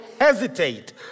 hesitate